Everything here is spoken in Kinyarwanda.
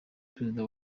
perezida